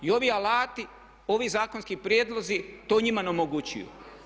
I ovi alati, ovi zakonski prijedlozi to njima omogućuju.